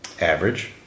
Average